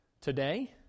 today